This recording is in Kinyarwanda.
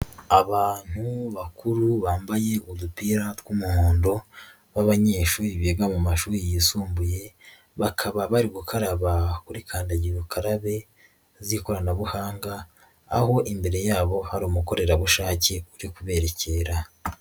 Abantu bakuru bambaye udupira tw'umuhondo b'abanyeshuri biga mu mashuri yisumbuye, bakaba bari gukaraba kuri kandidagira ukarabe z'ikoranabuhanga aho imbere yabo hari umukorerabushake uri kuberekera.